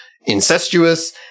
incestuous